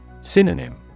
Synonym